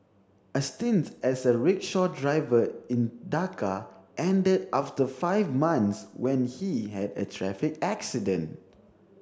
a stint as a rickshaw driver in Dhaka ended after five months when he had a traffic accident